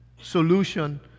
solution